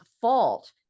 fault